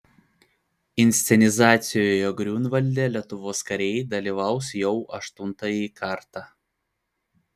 inscenizacijoje griunvalde lietuvos kariai dalyvaus jau aštuntąjį kartą